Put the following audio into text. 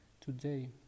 today